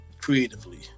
creatively